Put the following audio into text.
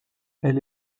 elle